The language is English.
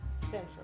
Central